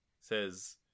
says